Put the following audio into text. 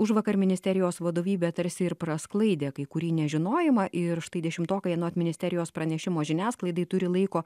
užvakar ministerijos vadovybė tarsi ir prasklaidė kai kurį nežinojimą ir štai dešimtokai anot ministerijos pranešimo žiniasklaidai turi laiko